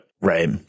Right